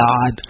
God